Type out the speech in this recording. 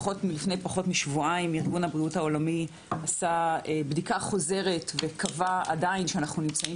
ארגון הבריאות העולמי עשה בדיקה חוזרת וקבע שאנחנו עדיין נמצאים